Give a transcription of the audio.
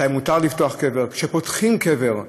מתי מותר לפתוח קבר, כאשר פותחים קבר,